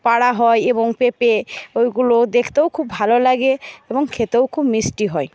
পাড়া হয় এবং পেঁপে ওইগুলোও দেখতেও খুব ভালো লাগে এবং খেতেও খুব মিষ্টি হয়